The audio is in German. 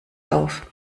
auf